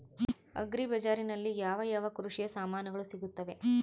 Agri ಬಜಾರಿನಲ್ಲಿ ಯಾವ ಯಾವ ಕೃಷಿಯ ಸಾಮಾನುಗಳು ಸಿಗುತ್ತವೆ?